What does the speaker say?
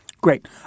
Great